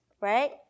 right